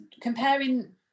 comparing